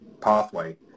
pathway